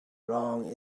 long